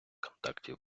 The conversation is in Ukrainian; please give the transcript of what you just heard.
контактів